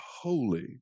holy